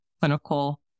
clinical